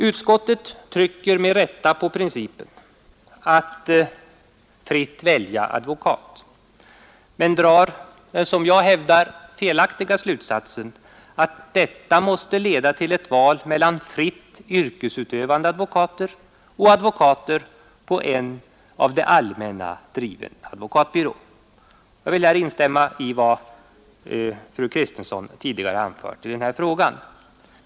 Utskottet trycker med rätta på principen att fritt välja advokat men drar den som jag hävdar felaktiga slutsatsen att detta måste leda till att det skall kunna ske ett val mellan fritt yrkesutövande advokater och advokater på en av det allmänna driven advokatbyrå. Jag vill instämma i vad fru Kristensson tidigare anfört i den frågan.